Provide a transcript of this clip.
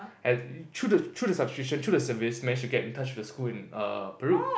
and through the through the subscription through the service managed to get in touch with the school in uh Peru